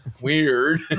weird